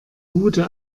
gute